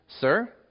Sir